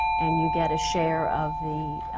and you get a share of the